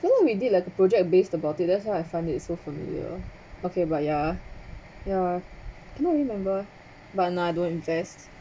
I think we did like a project based about it that's how I find it so familiar okay but ya ya cannot remember but now I don't invest